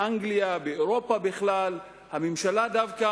באנגליה ובאירופה בכלל הממשלה דווקא